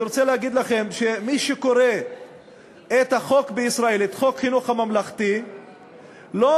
אני רוצה להגיד לכם שמי שקורא את חוק החינוך הממלכתי בישראל